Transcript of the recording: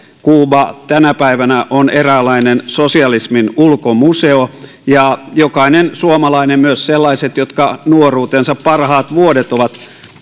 kuuba tänä päivänä on eräänlainen sosialismin ulkomuseo ja jokainen suomalainen voi myös sellaiset jotka nuoruutensa parhaat vuodet ovat